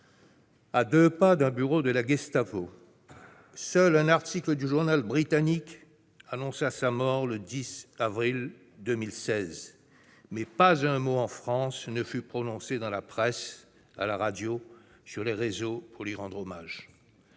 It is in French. à deux pas d'un bureau de la Gestapo ... Seul un article d'un journal britannique annonça sa mort, le 10 avril 2016 ! En France, il n'y eut pas un mot dans la presse, à la radio, sur les réseaux pour lui rendre hommage.